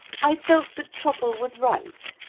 i felt that trottle was right,